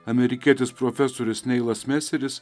amerikietis profesorius neilas meseris